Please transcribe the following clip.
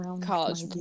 college